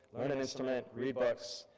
learn an instrument, read books,